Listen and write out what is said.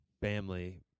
family